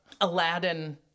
Aladdin-